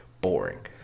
boring